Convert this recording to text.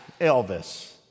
Elvis